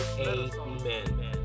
Amen